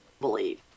believe